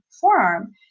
forearm